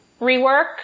rework